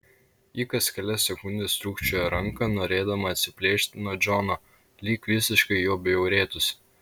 ji kas kelias sekundes trūkčiojo ranką norėdama atsiplėšti nuo džono lyg visiškai juo bjaurėtųsi